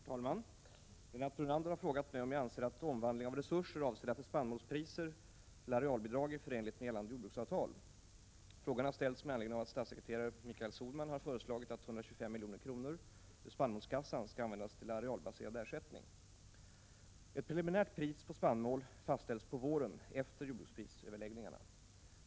Herr talman! Lennart Brunander har frågat mig om jag anser att omvandling av resurser avsedda för spannmålspriser till arealbidrag är förenligt med gällande jordbruksavtal. Frågan har ställts med anledning av att statssekreterare Michael Sohlman har föreslagit att 125 milj.kr. ur spannmålskassan skall användas till arealbaserad ersättning. Ett preliminärt pris på spannmål fastställs på våren efter jordbruksprisöverläggningarna.